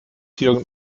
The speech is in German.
jürgen